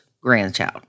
grandchild